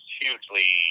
hugely